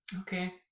Okay